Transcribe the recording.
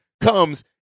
comes